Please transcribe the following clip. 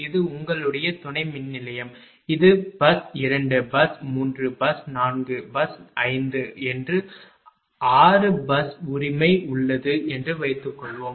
இது உங்களுடைய துணை மின்நிலையம் இது பேருந்து 2 பேருந்து 3 பேருந்து 4 பேருந்து 5 என்று 6 பேருந்து உரிமை உள்ளது என்று வைத்துக்கொள்வோம்